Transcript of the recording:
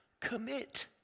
commit